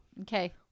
okay